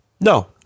No